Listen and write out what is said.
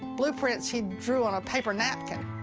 blueprints he drew on a paper napkin.